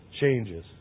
changes